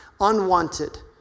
unwanted